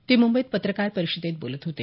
ते मुंबईत पत्रकार परिषदेत बोलत होते